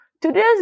Today's